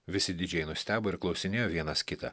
visi didžiai nustebo ir klausinėjo vienas kitą